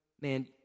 man